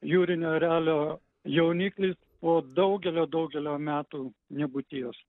jūrinio erelio jauniklis po daugelio daugelio metų nebūties